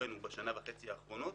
פיקוחנו בשנה וחצי האחרונות.